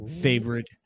favorite